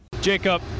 Jacob